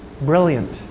Brilliant